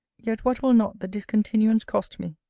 yet what will not the discontinuance cost me!